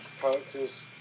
characters